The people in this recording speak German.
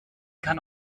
kann